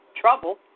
trouble